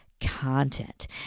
content